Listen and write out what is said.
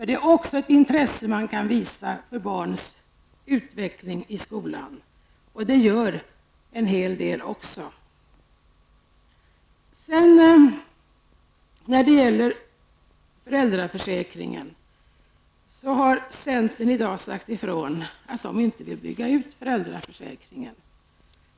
Det är också ett intresse man kan visa för barns utveckling i skolan. Det gör en hel del föräldrar också. Centern har i dag sagt ifrån att man inte vill bygga ut föräldraförsäkringen.